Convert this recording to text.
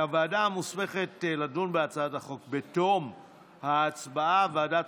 הוועדה המוסמכת לדון בהצעת החוק בתום ההצבעה היא ועדת